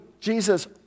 Jesus